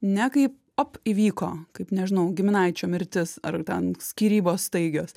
ne kaip op įvyko kaip nežinau giminaičio mirtis ar ten skyrybos staigios